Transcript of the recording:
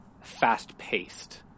fast-paced